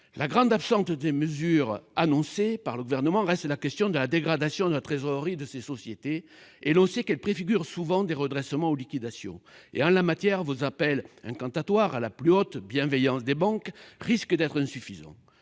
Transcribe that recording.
La grande absente des mesures annoncées par le Gouvernement reste la question de la dégradation de la trésorerie de ces sociétés ; on sait qu'elle préfigure souvent des redressements ou des liquidations. En la matière, vos appels incantatoires à la plus haute bienveillance des banques risquent d'être insuffisants.